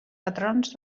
patrons